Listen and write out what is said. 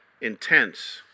intense